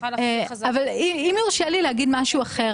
אם יורשה לי להגיד משהו אחר,